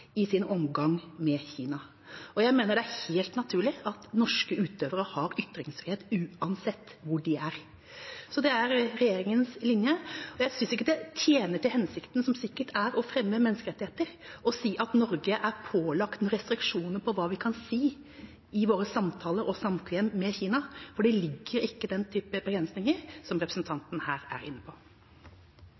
i vår omgang med Kina. Jeg mener det er helt naturlig at norske utøvere har ytringsfrihet uansett hvor de er. Det er regjeringens linje. Jeg syns ikke det tjener til hensikten, som sikkert er å fremme menneskerettigheter, å si at Norge er pålagt restriksjoner på hva vi kan si i våre samtaler og samkvem med Kina, for det ligger ikke den type begrensninger som representanten her er inne på.